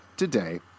Today